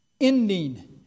ending